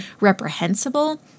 reprehensible